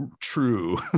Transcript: true